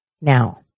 Now